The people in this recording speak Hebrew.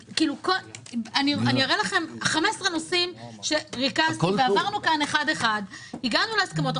אני אראה לכם 15 נושאים שעברנו כאן אחד אחד והגענו להסכמות.